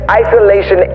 isolation